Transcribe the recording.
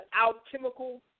alchemical